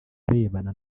arebana